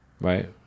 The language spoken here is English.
right